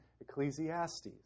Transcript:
Ecclesiastes